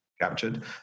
captured